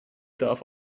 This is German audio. darf